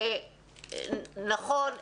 נכון,